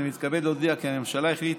אני מתכבד להודיע כי הממשלה החליטה,